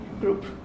group